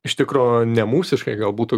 iš tikro nemūsiškai gal būtų